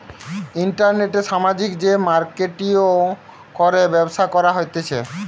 ইন্টারনেটে সামাজিক যে মার্কেটিঙ করে ব্যবসা করা হতিছে